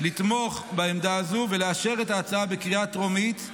לתמוך בעמדה הזו ולאשר את ההצעה בקריאה הטרומית,